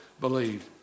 believed